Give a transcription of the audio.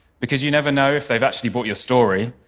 because you never know if they've actually bought your story,